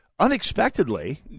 Unexpectedly